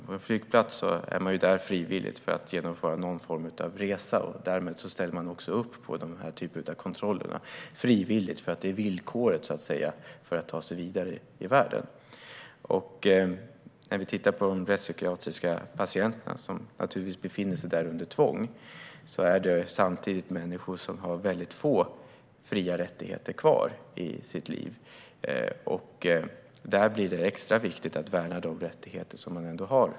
På en flygplats är man frivilligt för att genomföra någon form av resa. Därmed ställer man också upp på denna typ av kontroller frivilligt. Det är villkoret för att man ska kunna ta sig vidare i världen. De rättspsykiatriska patienterna, som ju befinner sig på kliniken av tvång, är människor som har väldigt få fria rättigheter kvar i sitt liv. Då blir det extra viktigt att värna de rättigheter som de ändå har.